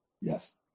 Yes